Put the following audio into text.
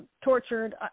tortured